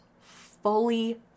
fully